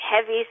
heavy